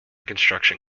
construction